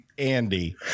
Andy